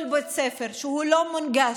כל בית ספר שהוא לא מונגש,